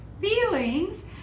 feelings